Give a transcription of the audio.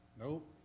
nope